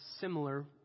similar